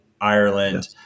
Ireland